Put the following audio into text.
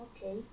Okay